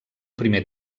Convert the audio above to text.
primer